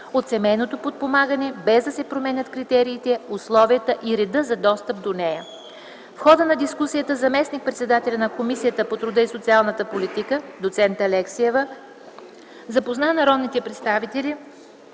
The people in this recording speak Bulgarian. от семейното подпомагане, без да се променят критериите, условията и реда за достъп до нея. В хода на дискусията заместник-председателят на Комисията по труда и социалната политика доц. Геновева Алексиева запозна народните представители